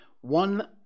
one